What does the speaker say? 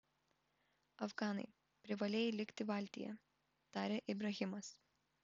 afganai privalėjai likti valtyje tarė ibrahimas